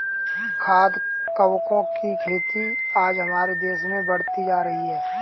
खाद्य कवकों की खेती आज हमारे देश में बढ़ती जा रही है